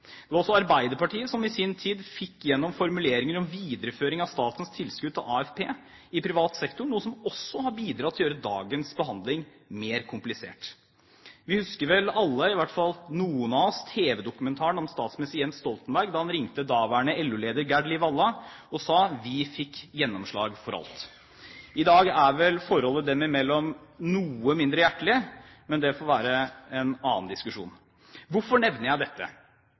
Det var også Arbeiderpartiet som i sin tid fikk igjennom formuleringer om videreføring av statens tilskudd til AFP i privat sektor, noe som også har bidradd til å gjøre dagens behandling mer komplisert. Vi husker vel alle – i hvert fall noen av oss – tv-dokumentaren om statsminister Jens Stoltenberg da han ringte daværende LO-leder Gerd-Liv Valla og sa: Vi fikk gjennomslag for alt. I dag er vel forholdet dem imellom noe mindre hjertelig, men det får være en annen diskusjon. Hvorfor nevner jeg dette?